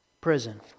prison